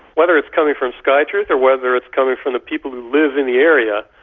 whether it's coming from skytruth or whether it's coming from the people who live in the area,